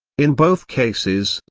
in both cases,